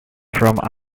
from